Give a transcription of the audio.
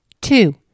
Two